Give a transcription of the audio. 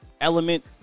element